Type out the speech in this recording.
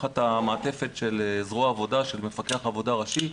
תחת המעטפת של זרוע העבודה, של מפקח עבודה ראשי.